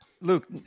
Luke